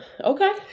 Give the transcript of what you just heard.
Okay